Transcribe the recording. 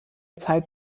zeit